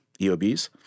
EOBs